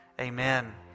Amen